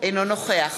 אינו נוכח